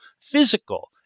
physical